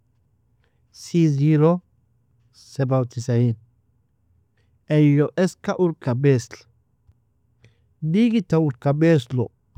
C zerro سبعة وتسعين eyyo eska urka basil, digidta urkibaslu.